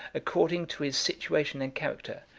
according to his situation and character,